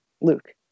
Luke